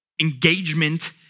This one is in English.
engagement